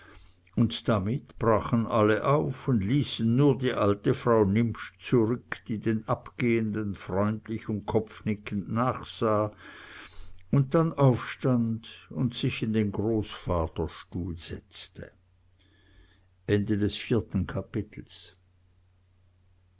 und damit brachen alle auf und ließen nur die alte frau nimptsch zurück die den abgehenden freundlich und kopfnickend nachsah und dann aufstand und sich in den großvaterstuhl setzte